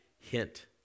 hint